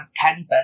canvas